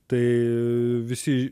tai visi